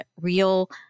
real